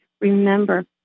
remember